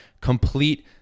complete